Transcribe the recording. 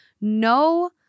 no